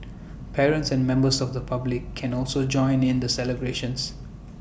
parents and members of the public can also join in the celebrations